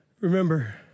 Remember